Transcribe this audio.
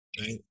right